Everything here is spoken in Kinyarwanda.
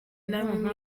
namwe